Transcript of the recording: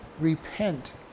Repent